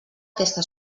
aquesta